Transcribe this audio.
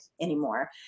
anymore